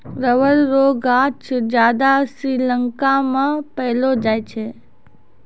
rubber रो गांछ ज्यादा श्रीलंका मे पैलो जाय छै